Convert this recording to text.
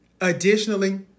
Additionally